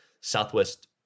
Southwest